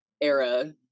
era